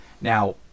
Now